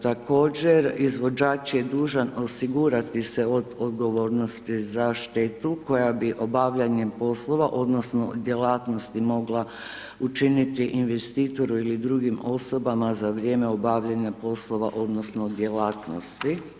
Također izvođač je dužan osigurati se odgovornosti za štetu koja bi obavljanjem poslova odnosno djelatnosti mogla učiniti investitoru ili drugim osobama za vrijeme obavljanja poslova odnosno djelatnosti.